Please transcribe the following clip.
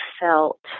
felt